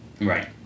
Right